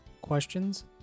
questions